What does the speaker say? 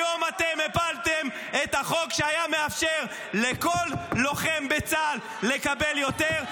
היום הפלתם את החוק שהיה מאפשר לכל לוחם בצה"ל לקבל יותר,